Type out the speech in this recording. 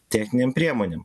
techninėm priemonėm